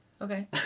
Okay